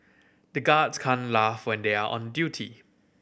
the guards can't laugh when they are on duty